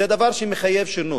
זה דבר שמחייב שינוי.